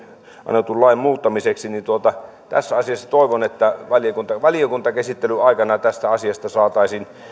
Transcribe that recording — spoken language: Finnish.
annetun lain muuttamiseksi tässä asiassa toivon että valiokuntakäsittelyn aikana tästä asiasta saataisiin